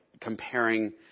comparing